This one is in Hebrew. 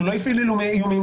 הוא לא הפעיל איומים,